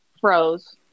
froze